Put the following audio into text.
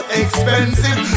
expensive